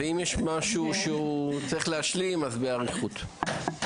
אם יש משהו שצריך להשלים, אז באריכות.